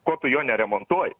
ko tu jo neremontuoji